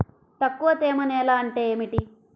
తక్కువ తేమ నేల అంటే ఏమిటి?